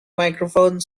microphone